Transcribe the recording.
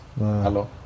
Hello